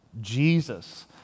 Jesus